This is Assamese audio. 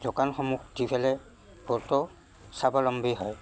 দোকানসমূহ দি পেলাই বহুতো স্বাৱলম্বী হয়